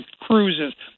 Cruises